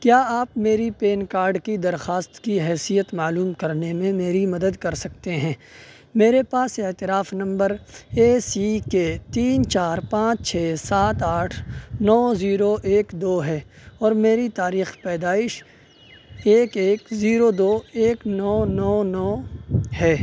کیا آپ میری پین کارڈ کی درخواست کی حیثیت معلوم کرنے میں میری مدد کر سکتے ہیں میرے پاس اعتراف نمبر اے سی کے تین چار پانچ چھ سات آٹھ نو زیرو ایک دو ہے اور میری تاریخِ پیدائش ایک ایک زیرو دو ایک نو نو نو ہے